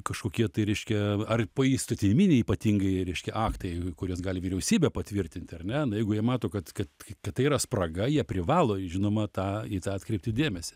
kažkokie tai reiškia ar poįstatyminiai ypatingai reiškia aktai kuriuos gali vyriausybė patvirtinti ar ne na jeigu jie mato kad kad kad tai yra spraga jie privalo žinoma tą į tą atkreipti dėmesį